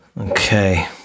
okay